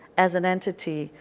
as an entity,